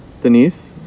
Denise